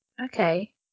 Okay